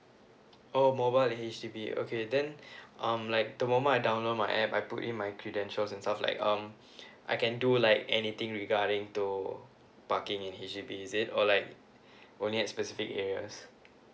oh mobile H_D_B okay then um like the moment I download my A_P_P I put in my credentials and stuff like um I can do like anything regarding to parking in the H_D_B is it or like only a specific areas